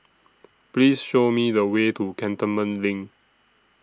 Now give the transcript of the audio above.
Please Show Me The Way to Cantonment LINK